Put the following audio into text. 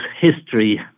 history